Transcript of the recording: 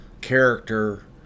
character